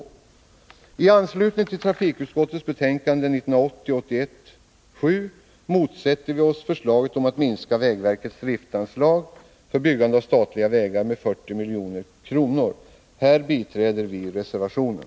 Med hänvisning till trafikutskottets betänkande 1980/81:7 motsätter vi oss förslaget att med 40 milj.kr. minska vägverkets driftanslag för byggande av statliga vägar. Här stöder vi reservationen.